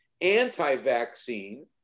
anti-vaccine